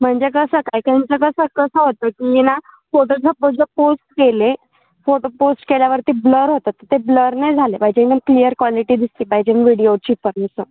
म्हणजे कसं काय कसं कसं होतं की ना फोटो सपोज जर पोस्ट केले फोटो पोस्ट केल्यावरती ब्लर होतात तर ते ब्लर नाही झाले पाहिजे एकदम क्लिअर क्वालिटी दिसली पाहिजेन व्हिडिओची पण असं